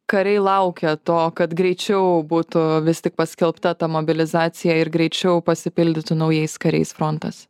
kariai laukia to kad greičiau būtų vis tik paskelbta ta mobilizacija ir greičiau pasipildytų naujais kariais frontas